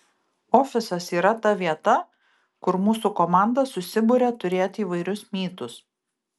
ofisas yra ta vieta kur mūsų komanda susiburia turėt įvairius mytus